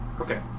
Okay